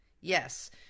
Yes